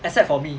except for me